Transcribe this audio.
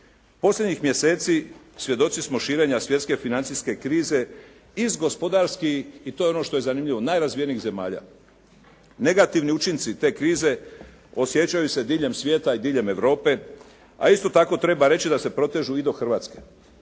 Posljednjih mjeseci svjedoci smo širenja svjetske financijske krize iz gospodarski i to je ono što je zanimljivo najrazvijenijih zemalja. Negativni učinci te krize osjećaju se diljem svijeta i diljem Europe a isto tako treba reći da se protežu i do Hrvatske.